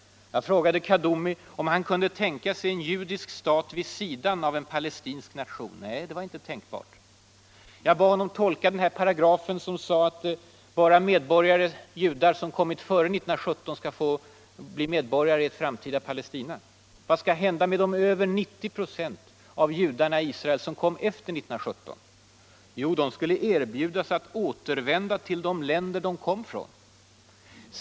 Jag frågade Kaddoumi om han kunde tänka sig en judisk stat vid sidan av en palestinsk nation. Det var inte tänkbart, menade han. Jag bad honom tolka den paragraf som säger att bara judar som kom före 1917 skall få bli medborgare i Palestina. Vad skall hända med de över 90 96 av judarna i Israel som kom efter 1917? Jo, de skulle ”erbjudas” att återvända till de länder de kom ifrån!